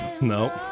no